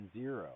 zero